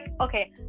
okay